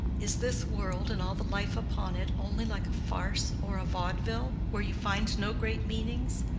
is this world and all the life upon it only like a farce or a vaudeville, where you find no great meanings?